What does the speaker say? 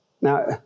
Now